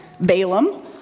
Balaam